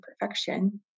perfection